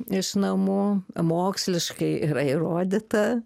iš namų moksliškai yra įrodyta